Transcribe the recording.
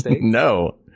No